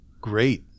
great